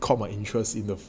caught my interest in a